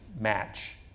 match